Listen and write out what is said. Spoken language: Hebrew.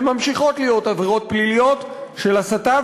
הן ממשיכות להיות עבירות פליליות של הסתה,